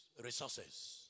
Resources